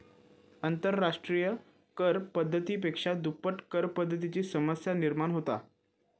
आंतरराष्ट्रिय कर पद्धती पेक्षा दुप्पट करपद्धतीची समस्या निर्माण होता